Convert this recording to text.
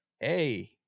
hey